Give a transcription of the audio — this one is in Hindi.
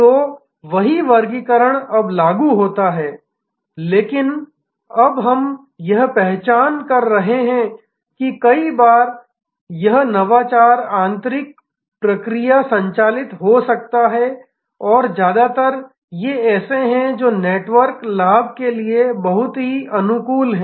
तो वही वर्गीकरण अब लागू होता है लेकिन अब हम यह पहचान रहे हैं कि कई बार यह नवाचार आंतरिक प्रक्रिया संचालित हो सकता है और ज्यादातर ये ऐसे हैं जो नेटवर्क लाभ के लिए बहुत ही अनुकूल हैं